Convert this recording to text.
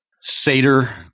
Seder